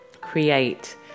create